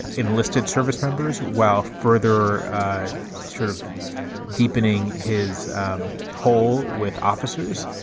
enlisted service members. well, further sort of deepening his um hole with officers,